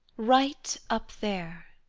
right up there